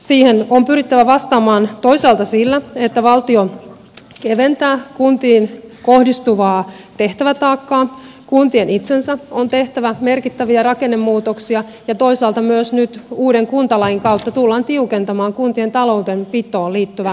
siihen on pyrittävä vastaamaan toisaalta sillä että valtio keventää kuntiin kohdistuvaa tehtävätaakkaa kuntien itsensä on tehtävä merkittäviä rakennemuutoksia ja toisaalta myös nyt uuden kuntalain kautta tullaan tiukentamaan kuntien taloudenpitoon liittyvää normistoa